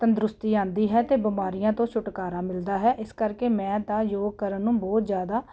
ਤੰਦਰੁਸਤੀ ਆਉਂਦੀ ਹੈ ਅਤੇ ਬਿਮਾਰੀਆਂ ਤੋਂ ਛੁਟਕਾਰਾ ਮਿਲਦਾ ਹੈ ਇਸ ਕਰਕੇ ਮੈਂ ਤਾਂ ਯੋਗ ਕਰਨ ਨੂੰ ਬਹੁਤ ਜ਼ਿਆਦਾ